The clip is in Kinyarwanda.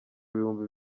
ibihumbi